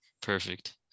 perfect